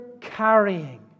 carrying